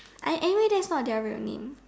I anyway that's not their real name